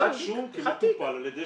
שהוא מטופל על ידי